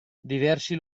diversi